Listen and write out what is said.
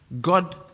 God